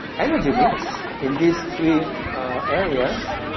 energy mix in these three areas.